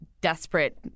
desperate